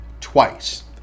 twice